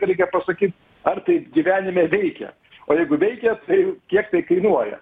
reikia pasakyt ar taip gyvenime veikia o jeigu veikia tai kiek tai kainuoja